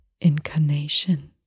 incarnation